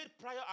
prior